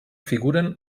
figuren